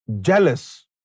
jealous